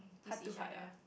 heart to heart ah